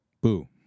Boo